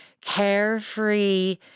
carefree